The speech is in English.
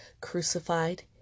crucified